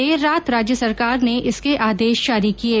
देर रात राज्य सरकार ने इसके आदेश जारी किये